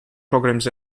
programs